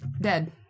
dead